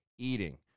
eating